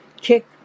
kick